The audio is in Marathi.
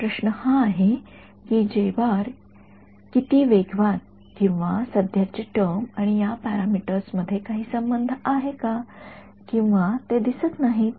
आता प्रश्न हा आहे की किती वेगवान किंवा सध्याची टर्मआणि या पॅरामीटर्स मध्ये काही संबंध आहेत का किंवा ते दिसत नाहीत